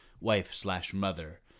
wife-slash-mother